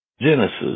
Genesis